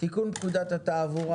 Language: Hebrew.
תיקון פקודת התעבורה,